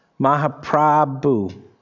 Mahaprabhu